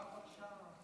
אפשר, בבקשה?